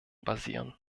basieren